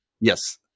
Yes